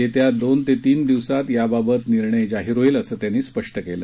येत्या दोन ते तीन दिवसांत याबाबत निर्णय जाहिर होईल असं त्यांनी स्पष्ट केलं